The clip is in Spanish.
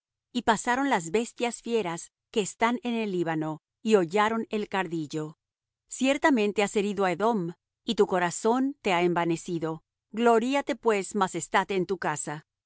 y pasaron las bestias fieras que están en el líbano y hollaron el cardillo ciertamente has herido á edom y tu corazón te ha envanecido gloríate pues mas estáte en tu casa